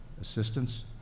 assistance